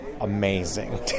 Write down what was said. amazing